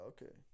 Okay